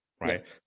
right